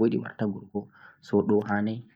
wala aibe